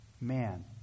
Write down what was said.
man